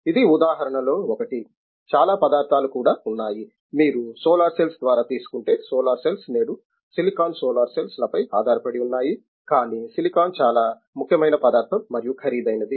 ఇది ఉదాహరణలలో ఒకటి చాలా పదార్థాలు కూడా ఉన్నాయి మీరు సోలార్ సెల్స్ ద్వారా తీసుకుంటారు సోలార్ సెల్స్ నేడు సిలికాన్ సోలార్ సెల్స్ లపై ఆధారపడి ఉన్నాయి కానీ సిలికాన్ చాలా ముఖ్యమైన పదార్థం మరియు ఖరీదైనది